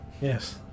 Yes